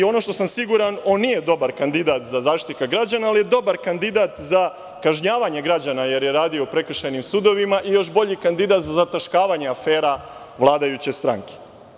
Ono što sam siguran – on nije dobar kandidat za Zaštitnika građana, ali je dobar kandidat za kažnjavanje građana, jer je radio u prekršajnim sudovima i još bolji kandidat za zataškavanje afera vladajuće stranke.